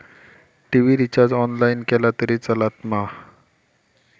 TV recharge online केला तरी चलात मा?